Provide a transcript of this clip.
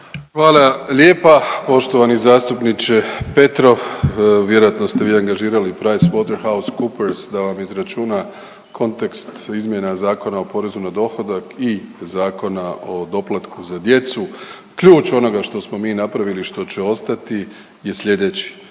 Hvala lijepa poštovani zastupniče Petrov, vjerojatno ste vi organizirali PricewaterhouseCoopers da vam izračuna kontekst izmjena Zakona o porezu na dohodak i Zakona o doplatku za djecu. Ključ onoga što smo mi napravili što će ostati je slijedeći.